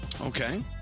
Okay